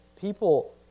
people